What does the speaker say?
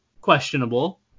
questionable